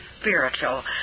spiritual